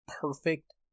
perfect